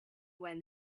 when